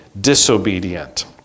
disobedient